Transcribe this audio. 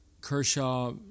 Kershaw